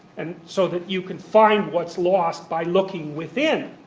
and so that you can find what's lost by looking within.